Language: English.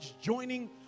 joining